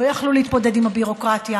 לא יכלו להתמודד עם הביורוקרטיה,